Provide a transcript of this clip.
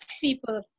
people